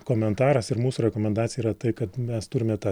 komentaras ir mūsų rekomendacija yra tai kad mes turime tą